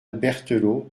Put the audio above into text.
berthelot